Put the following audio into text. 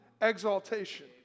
exaltation